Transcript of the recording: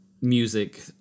music